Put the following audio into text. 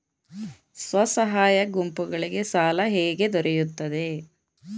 ಸ್ವಸಹಾಯ ಗುಂಪುಗಳಿಗೆ ಸಾಲ ಹೇಗೆ ದೊರೆಯುತ್ತದೆ?